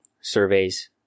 surveys